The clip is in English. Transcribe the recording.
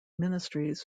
ministries